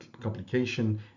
complication